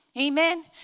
Amen